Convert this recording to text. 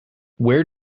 where